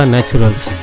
Naturals